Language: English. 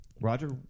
Roger